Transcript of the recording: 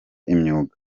imyuga